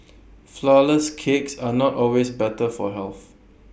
Flourless Cakes are not always better for health